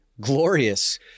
glorious